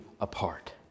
apart